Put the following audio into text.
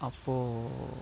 അപ്പോൾ